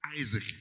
Isaac